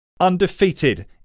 undefeated